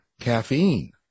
caffeine